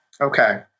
Okay